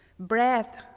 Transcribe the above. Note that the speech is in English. breath